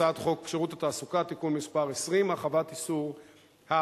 הצעת חוק שירות התעסוקה (תיקון מס' 20) (הרחבת איסור ההפליה).